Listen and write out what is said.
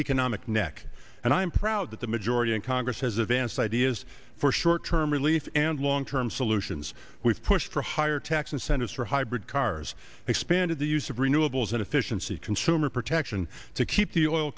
economic neck and i'm proud that the majority in congress has advanced ideas for short term relief and long term solutions we've pushed for higher tax incentives for hybrid cars expanded the use of renewables and efficiency consumer protection to keep the oil